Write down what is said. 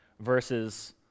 versus